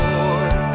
Lord